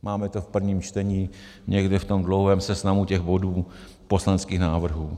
Máme to v prvním čtení někde v tom dlouhém seznamu bodů poslaneckých návrhů.